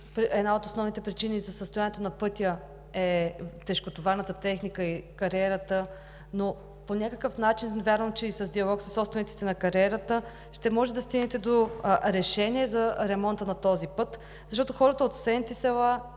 една от основните причини за състоянието на пътя е тежкотоварната техника и кариерата, но по някакъв начин вярвам, че и с диалог със собствениците на кариерата ще може да стигнете до решение за ремонта на този път, защото хората от съседните села